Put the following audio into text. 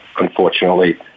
unfortunately